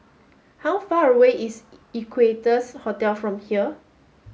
how far away is Equarius Hotel from here